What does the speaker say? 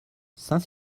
saint